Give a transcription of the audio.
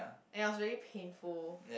and it was really painful